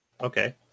Okay